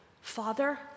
Father